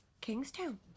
Kingstown